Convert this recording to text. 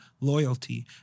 loyalty